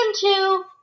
two